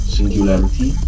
Singularity